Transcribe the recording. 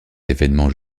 évènement